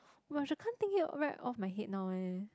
but should can't think it right off my head now eh